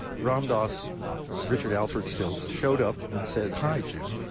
ram dass richard aplert still so showed up and said, hi, jim,